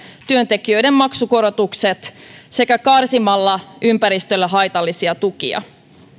työntekijöiden maksukorotukset sekä karsimalla ympäristölle haitallisia tukia